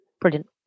Brilliant